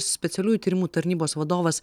specialiųjų tyrimų tarnybos vadovas